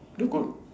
look good